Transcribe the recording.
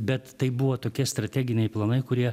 bet tai buvo tokie strateginiai planai kurie